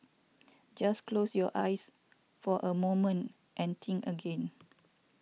just close your eyes for a moment and think again